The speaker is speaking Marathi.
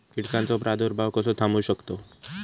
कीटकांचो प्रादुर्भाव कसो थांबवू शकतव?